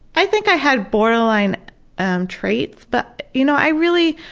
i think i had borderline um traits, but you know i really